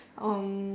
um